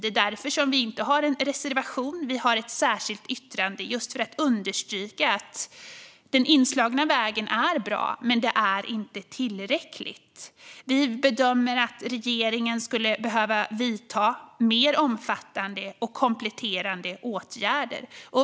Det är därför som vi inte har en reservation utan ett särskilt yttrande, alltså just för att understryka att den inslagna vägen är bra men att det inte är tillräckligt. Vi bedömer att regeringen skulle behöva vidta mer omfattande och kompletterande åtgärder.